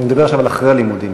אני מדבר עכשיו על אחרי הלימודים.